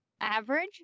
average